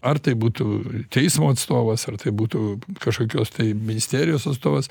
ar tai būtų teismo atstovas ar tai būtų kažkokios ministerijos atstovas